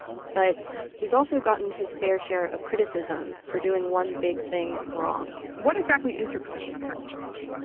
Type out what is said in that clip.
but he's also gotten his fair share of criticism for doing one big thing wrong what exactly is your position on climate change?